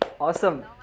awesome